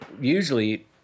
Usually